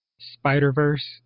spider-verse